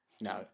No